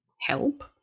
help